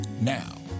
Now